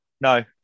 No